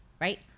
right